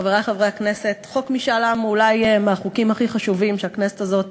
וכולם משתדלים